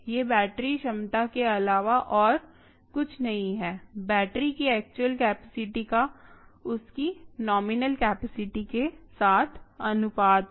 यह बैटरी क्षमता के अलावा और कुछ नहीं है बैटरी की एक्चुअल कैपेसिटी का उसकी नॉमिनल कैपेसिटी के साथ अनुपात है